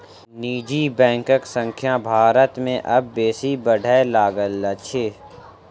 निजी बैंकक संख्या भारत मे आब बेसी बढ़य लागल अछि